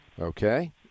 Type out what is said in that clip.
Okay